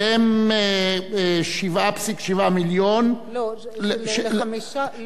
שהם 7.7 מיליון לחמישה,